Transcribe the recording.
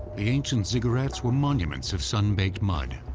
ancient ziggurats were monuments of sun baked mud.